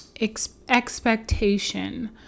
expectation